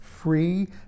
free